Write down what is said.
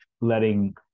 letting